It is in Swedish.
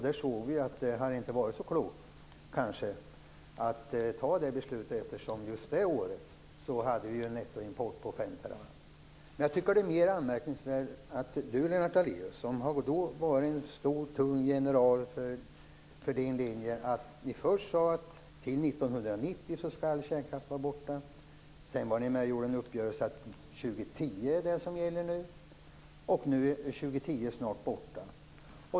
Då såg vi att det inte hade varit så klokt att fatta det beslutet, eftersom vi just det året hade en nettoimport på 5 TWh. Lennart Daléus har ju varit en tung general för sin linje. Först sade ni att all kärnkraft skulle vara borta till 1990. Sedan var ni med om en uppgörelse om att 2010 skulle gälla. Nu är 2010 snart borta.